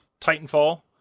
Titanfall